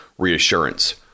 reassurance